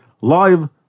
Live